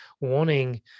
wanting